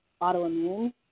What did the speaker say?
autoimmune